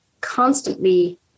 constantly